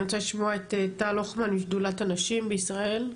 אני רוצה לשמוע את טל הוכמן משדולת הנשים בישראל.